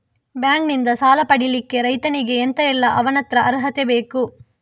Bank ನಿಂದ ಸಾಲ ಪಡಿಲಿಕ್ಕೆ ರೈತನಿಗೆ ಎಂತ ಎಲ್ಲಾ ಅವನತ್ರ ಅರ್ಹತೆ ಬೇಕು?